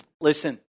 listen